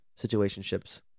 situationships